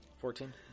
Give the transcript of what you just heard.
Fourteen